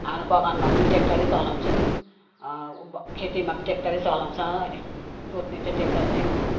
हाम्रो बगानमा पनि ट्य्राक्टरै चलाउँछौँ अब खेतीमा ट्य्राक्टरै चलाउँछ अहिले जोत्ने चाहिँ ट्य्राक्टर नै हो